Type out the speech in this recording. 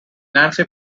nancy